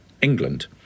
England